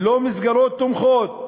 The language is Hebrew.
ללא מסגרות תומכות.